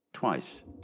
Twice